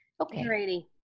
Okay